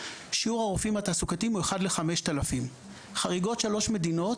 שיעור הרופאים התעסוקתיים הוא 1:5,000. חריגות שלוש מדינות